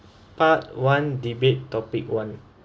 part one debate topic one